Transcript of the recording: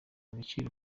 agaciro